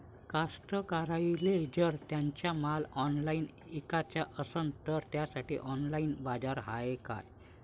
कास्तकाराइले जर त्यांचा माल ऑनलाइन इकाचा असन तर त्यासाठी ऑनलाइन बाजार हाय का?